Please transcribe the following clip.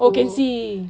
oh can see